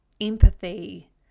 empathy